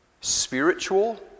spiritual